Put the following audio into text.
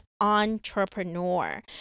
entrepreneur